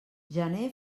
gener